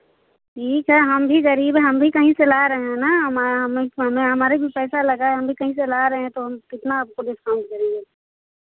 ठीक है हम भी गरीब हैं हम भी कहीं से ला रहे है ना हम हमें हमारा हमें भी पैसा लगा है हम भी कहीं से ला रहे हैं तो हम कितना आपको डिस्काउंट हम करेंगे